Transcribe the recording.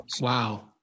Wow